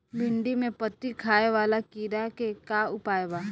भिन्डी में पत्ति खाये वाले किड़ा के का उपाय बा?